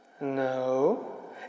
No